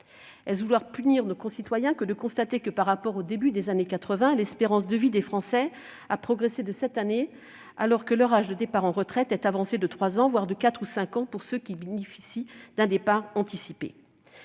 Est-ce vouloir punir nos concitoyens que de constater que, par rapport au début des années 1980, l'espérance de vie des Français a progressé de sept années, alors que leur âge de départ à la retraite est avancé de trois ans, voire de quatre ou cinq ans pour ceux qui bénéficient d'un départ anticipé ?